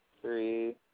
three